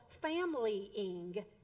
familying